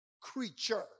creature